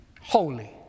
holy